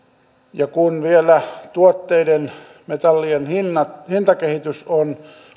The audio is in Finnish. kun vielä tuotteiden metallien hintakehitys on